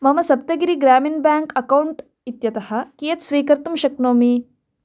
मम Saptagiri Grameen bank account इत्यतः कियत् स्वीकर्तुं शक्नोमि